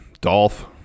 Dolph